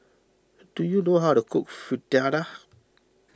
do you know how to cook Fritada